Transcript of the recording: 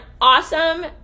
awesome